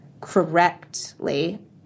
correctly